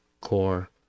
core